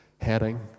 heading